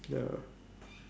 ya